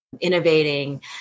innovating